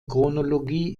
chronologie